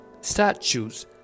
statues